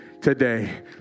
today